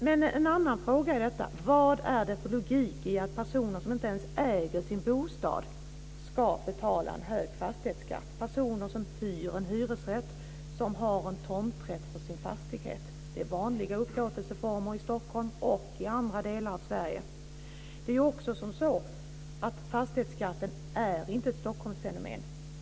Men en annan fråga när det gäller detta är vad det är för logik i att personer som inte ens äger sin bostad ska betala en hög fastighetsskatt. Det gäller personer som har en hyresrätt och som har en tomträtt för sin fastighet. Det är vanliga upplåtelseformer i Stockholm och i andra delar av Sverige. Fastighetsskatten är inte ett Stockholmsfenomen.